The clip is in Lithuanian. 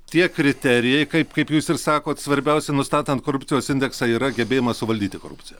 tie kriterijai kaip kaip jūs ir sakot svarbiausia nustatant korupcijos indeksą yra gebėjimas suvaldyti korupciją